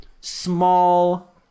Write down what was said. small